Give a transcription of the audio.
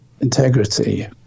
integrity